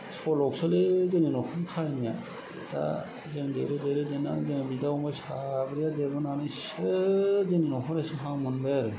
सल'सोलै जोंनि न'खरनि काहानिया दा जों देरै देरै देरनानै जों बिदा फंबाय साब्रैया देरबोनानैसो जोंनि न'खरा एसे हां मोनबाय आरो